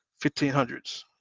1500s